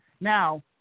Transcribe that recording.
Now